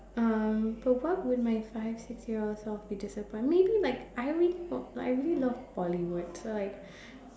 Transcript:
um but what would my five six year old self be disappointed maybe like I really l~ I really love Bollywood so like